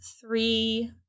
three